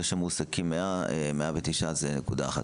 זה שמועסקים 109 זה נקודה אחת.